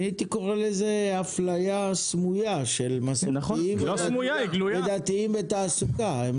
אני הייתי קורא לזה אפלייה סמויה של מסורתיים ודתיים בתעסוקה.